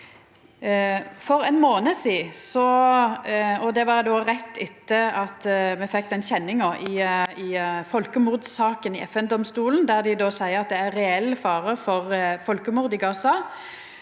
For ein månad sidan – og det var rett etter at me fekk den rettsavgjerda i folkemordssaka i FN-domstolen, der dei seier at det er reell fare for folkemord i Gaza